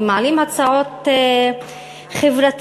מעלים הצעות חברתיות,